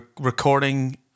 recording